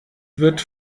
wird